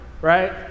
right